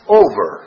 over